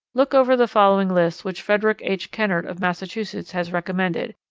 look over the following list which frederick h. kennard, of massachusetts, has recommended,